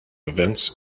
events